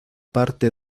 parte